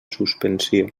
suspensió